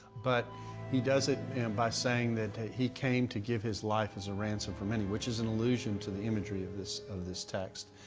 but he does it and by saying that he came to give his life as a ransom for many, which is an allusion to the imagery of this. of this text.